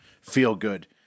feel-good